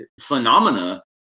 phenomena